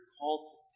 called